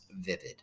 vivid